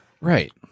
Right